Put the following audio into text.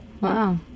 Wow